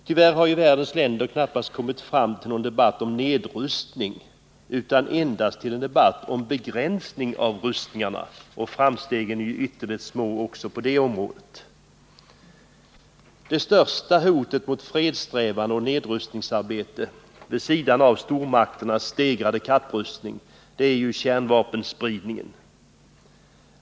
Tyvärr har världens länder knappast kommit fram till någon debatt om nedrustning utan endast till en debatt om begränsning av rustningarna, och framstegen är ytterligt små också på det området. Det största hotet mot fredssträvanden och nedrustningsarbete — vid sidan av stormakternas stegrade kapprustning — är kärnvapenspridningen.